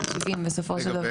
רגע.